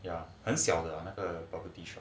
ya 很小的那个 bubble tea shop